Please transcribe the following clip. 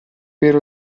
per